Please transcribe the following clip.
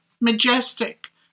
majestic